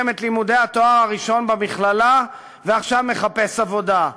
את לימודי התואר הראשון במכללה ועכשיו מחפש עבודה,